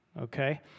okay